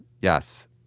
Yes